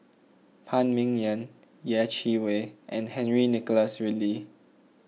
Phan Ming Yen Yeh Chi Wei and Henry Nicholas Ridley